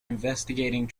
investigating